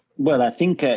well, i think, ah